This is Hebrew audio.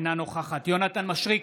אינה נוכחת יונתן מישרקי,